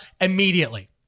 immediately